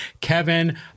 Kevin